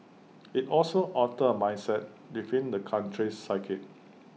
IT also altered A mindset within the country's psyche